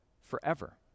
forever